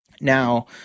Now